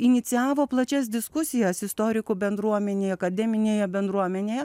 inicijavo plačias diskusijas istorikų bendruomenėje akademinėje bendruomenėje